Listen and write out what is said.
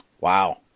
Wow